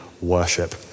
worship